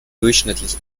durchschnittlich